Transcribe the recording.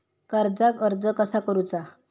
कर्जाक अर्ज कसा करुचा?